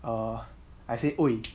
err I said !oi!